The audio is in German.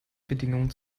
bedingungen